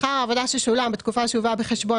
שכר העבודה ששולם בתקופה שהובאה בחשבון